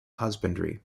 husbandry